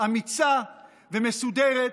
אמיצה ומסודרת,